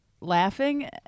laughing